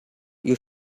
you